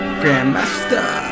Grandmaster